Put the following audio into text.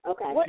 Okay